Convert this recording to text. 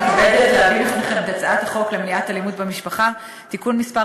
אני מתכבדת להביא בפניכם את הצעת חוק למניעת אלימות במשפחה (תיקון מס'